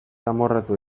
amorratua